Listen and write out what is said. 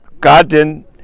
garden